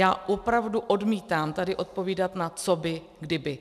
Já opravdu odmítám tady odpovídat na to, co by kdyby.